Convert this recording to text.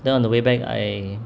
then on the way back I